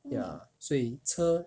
ya 所以车